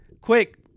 Quick